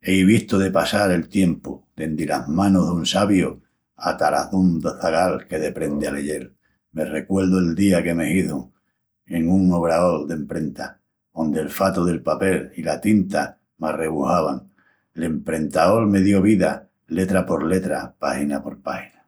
Ei vistu de passal el tiempu, dendi las manus dun sabiu hata las dun zagal que deprendi a leyel. Me recuerdu'l día que me hizun, en un obraol d'emprenta, ondi'l fatu del papel i la tinta m'arrebujavan. L'emprentaol me dió vida, letra por letra, página por página.